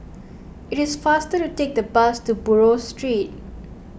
it is faster to take the bus to Buroh Street